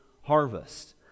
harvest